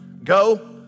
Go